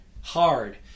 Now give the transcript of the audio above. hard